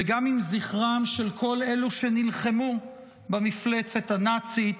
וגם עם זכרם של כל אלה שנלחמו במפלצת הנאצית,